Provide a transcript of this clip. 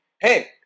Hey